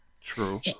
True